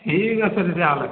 ঠিক আছে তেতিয়াহ'লে